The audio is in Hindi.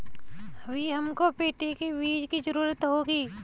अभी हमको पेठे के बीज की जरूरत होगी